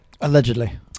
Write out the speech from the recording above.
Allegedly